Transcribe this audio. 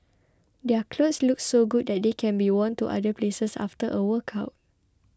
their clothes look so good that they can be worn to other places after a workout